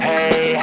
Hey